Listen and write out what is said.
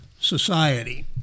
society